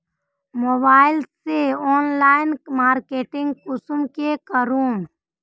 Mobile से online marketing कुंसम के करूम?